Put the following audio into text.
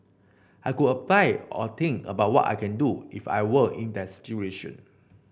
I could apply or think about what I can do if I were in that situation